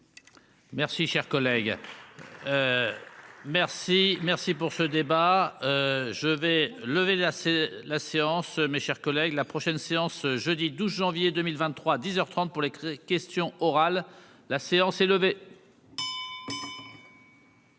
Merci cher collègue. Merci. Merci pour ce débat. Je vais lever là c'est la séance. Mes chers collègues. La prochaine séance jeudi 12 janvier, 2023 10h 30 pour les questions orales. La séance est levée.